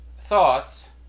thoughts